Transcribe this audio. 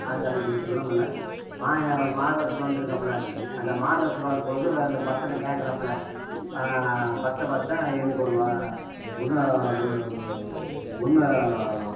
அந்த இது சொல்ல மில்ல மாயவன் மாறுவேஷத்துல வந்திருக்காப்புல அந்த மாறுவேஷத்துல வரும்போது அந்த பக்தனை கேக்கிறாப்புல பக்தா பக்தா எனக்கு ஒரு உண்ன